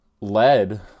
led